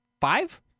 Five